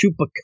Chupa